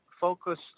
focus